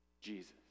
jesus